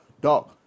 dog